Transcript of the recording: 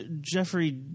Jeffrey